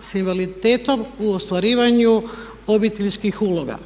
s invaliditetom u ostvarivanju obiteljskih uloga.